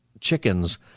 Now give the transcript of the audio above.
chickens